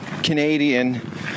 Canadian